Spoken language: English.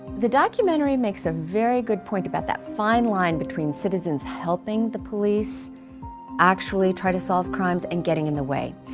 the documentary makes a very good point about that fine line between citizens helping the police actually try to solve crimes and getting in the way.